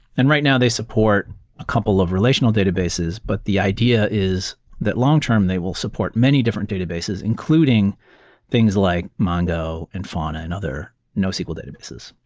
and right now they support a couple of relational databases, but the idea is that long term they will support many different databases including things like mongo and fauna and other nosql databases.